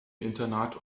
internat